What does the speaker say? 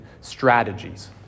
strategies